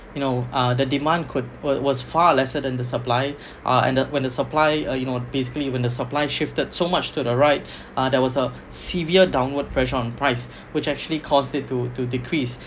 you know uh the demand could wa~ was far lesser than the supply uh and when the supply or you know basically when the supply shifted so much to the right uh there was a severe downward pressure on price which actually caused it to to decrease